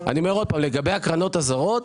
אני אומר שוב שלגבי הקרנות הזרות,